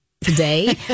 today